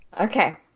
Okay